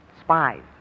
spies